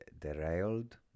derailed